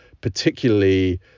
particularly